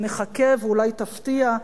שנחכה ואולי תפתיע,